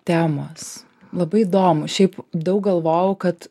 temos labai įdomu šiaip daug galvojau kad